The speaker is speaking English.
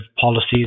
policies